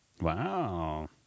Wow